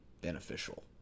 beneficial